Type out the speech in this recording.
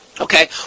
Okay